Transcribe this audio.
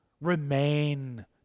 remain